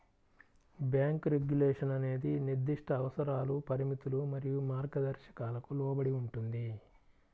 bank regulation అనేది నిర్దిష్ట అవసరాలు, పరిమితులు మరియు మార్గదర్శకాలకు లోబడి ఉంటుంది,